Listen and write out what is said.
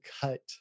cut